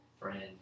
friend